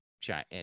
china